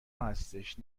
هستش